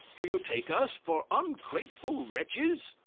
do you take us for ungrateful wretches?